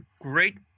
great